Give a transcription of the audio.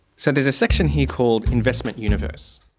so there's a section here called investment universe.